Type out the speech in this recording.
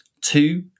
Two